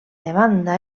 demanda